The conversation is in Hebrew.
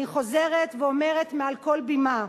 אני חוזרת ואומרת מעל כל במה: